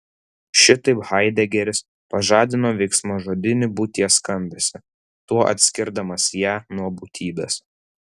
šitaip haidegeris pažadino veiksmažodinį būties skambesį tuo atskirdamas ją nuo būtybės